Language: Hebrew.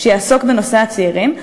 שיעסוק בנושא הצעירים.